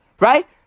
Right